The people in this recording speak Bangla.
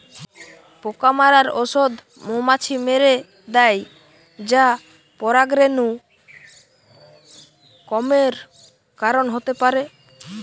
পোকা মারার ঔষধ মৌমাছি মেরে দ্যায় যা পরাগরেণু কমের কারণ হতে পারে